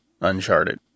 uncharted